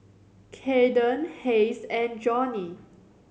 Kaeden Hays and Johny